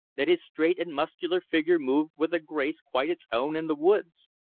that his straight and muscular figure moved with a grace quite its own and the woods',